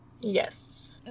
Yes